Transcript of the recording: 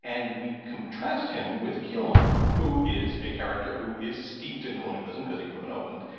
and we contrast him with killmonger, who is a character who is steeped in colonialism cause he grew up in oakland.